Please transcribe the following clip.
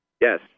Yes